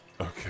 Okay